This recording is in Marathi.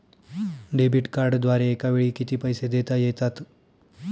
डेबिट कार्डद्वारे एकावेळी किती पैसे देता येतात?